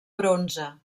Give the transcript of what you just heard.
bronze